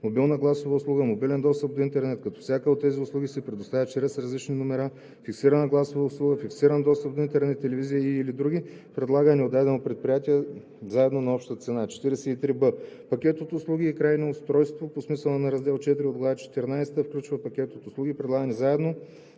(мобилна гласова услуга, мобилен достъп до интернет – като всяка от тези услуги се предоставя чрез различни номера, фиксирана гласова услуга, фиксиран достъп до интернет, телевизия и/или други), предлагани от дадено предприятие заедно на обща цена. 43б. „Пакет от услуги и крайно устройство“ по смисъла на раздел IV от глава четиринадесета включва пакет от услуги, предлагани заедно